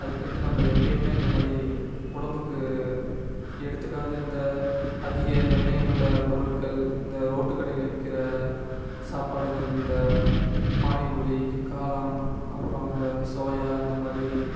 அதுக்குனுட்டு நம்ம எப்போயுமே இந்த மாதிரி உடம்புக்கு எடுத்துக்காத இந்த அதிக எண்ணெய் உள்ள பொருட்கள் இந்த ரோட்டுக்கடையில் விற்கிற சாப்பாடுகள் இந்த பானிபூரி காளான் அப்புறம் இந்த சோயா இந்தமாதிரி